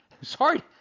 sorry